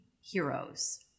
heroes